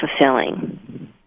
fulfilling